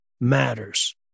matters